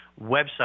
website